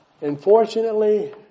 unfortunately